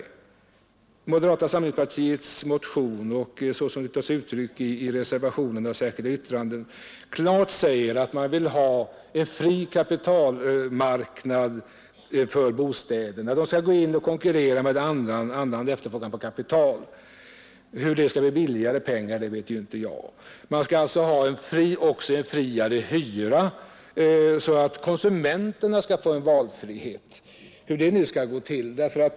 I moderata samlingspartiets motion, liksom i reservationerna och i det särskilda yttrandet, sägs klart ut att man vill ha en fri kapitalmarknad för bostäderna — man skall därvidlag gå in och konkurrera med annan efterfrågan på kapital. Hur lånepengarna därigenom skulle bli billigare vet jag inte. Man vill också ha en friare hyra, så att konsumenterna får valfrihet — hur det nu skall gå till.